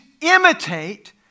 imitate